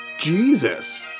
Jesus